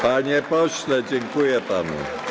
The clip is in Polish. Panie pośle, dziękuję panu.